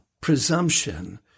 presumption